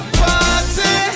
party